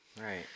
right